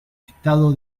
estado